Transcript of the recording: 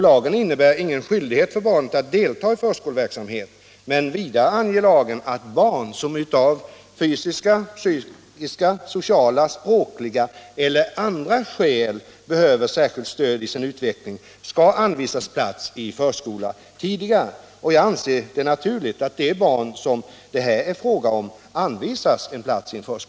Lagen innebär ingen skyldighet för barnet att delta i förskoleverksamhet, men i lagen sägs att barn som av fysiska, psykiska, sociala, språkliga eller andra skäl behöver särskilt stöd i sin utveckling skall anvises plats i förskola tidigare. Jag anser det naturligt att de barn som det här är fråga om anvisas plats i förskola.